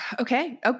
Okay